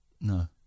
No